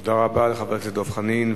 תודה רבה לחבר הכנסת דב חנין.